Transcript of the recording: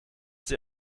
sie